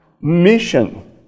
mission